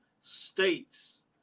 states